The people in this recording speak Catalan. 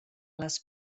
les